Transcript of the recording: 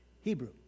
Hebrew